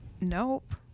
Nope